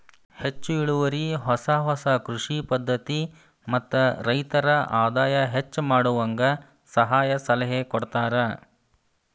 ಹೆಚ್ಚು ಇಳುವರಿ ಹೊಸ ಹೊಸ ಕೃಷಿ ಪದ್ಧತಿ ಮತ್ತ ರೈತರ ಆದಾಯ ಹೆಚ್ಚ ಮಾಡುವಂಗ ಸಹಾಯ ಸಲಹೆ ಕೊಡತಾರ